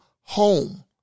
home